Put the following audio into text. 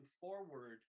forward